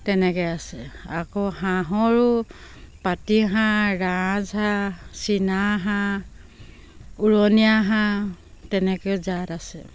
তেনেকৈ আছে আকৌ হাঁহৰো পতিহাঁহ ৰাজহাঁহ চীনাহাঁহ উৰণীয়া হাঁহ তেনেকৈও জাত আছে